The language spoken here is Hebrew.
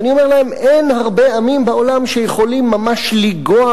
ואני אומר להם: אין הרבה עמים בעולם שיכולים ממש לנגוע